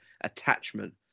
attachment